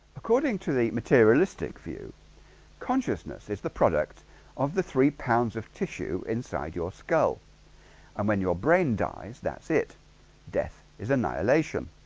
according to the materialistic view consciousness is the product of the three pounds of tissue inside your skull um when your brain dies that it death is annihilation